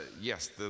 yes